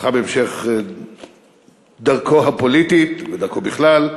הצלחה בהמשך דרכו הפוליטית ודרכו בכלל.